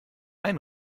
ein